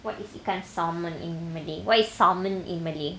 what is ikan salmon in malay what is salmon in malay